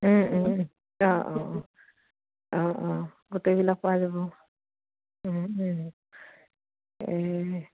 অঁ অঁ অ অঁ অঁ গোটেইবিলাক পোৱা যাব এই